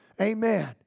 Amen